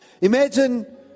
Imagine